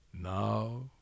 Now